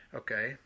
okay